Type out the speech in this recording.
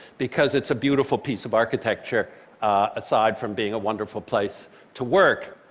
because it's a beautiful piece of architecture aside from being a wonderful place to work.